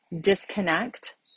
disconnect